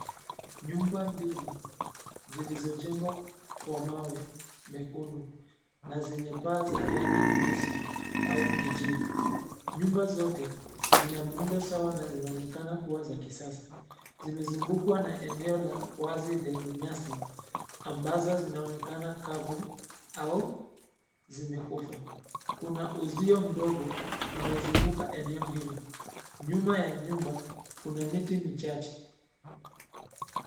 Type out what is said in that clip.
Nyumba mbili, zilizojengwa kwa mawe mekundu, na zenye paa za rangi nyeusi, au kijivu. Nyumba zote, zina muundo sawa na zinaonekana kuwa za kisasa. Zimezungukwa na eneo la wazi lenye nyasi, ambazo zinaonekana kavu au zimekufa. Kuna uzio mdogo, unaozunguka eneo hilo. Nyuma ya nyumba, kuna miti michache.